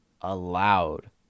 allowed